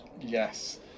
Yes